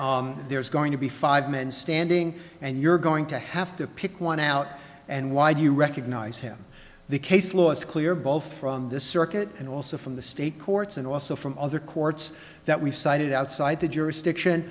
that there's going to be five men standing and you're going to have to pick one out and why do you recognize him the case law is clear ball from this circuit and also from the state courts and also from other courts that we've cited outside the jurisdiction